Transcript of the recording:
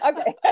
Okay